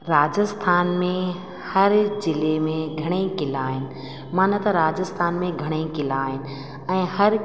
राजस्थान में हर ज़िले में घणेई क़िला आहिनि मां न त राजस्थान में घणेई क़िला आहिनि ऐं हर